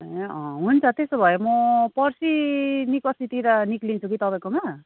ए अँ हुन्छ त्यसो भए म पर्सि निकोेर्सितिर निस्किन्छु कि तपाईँकोमा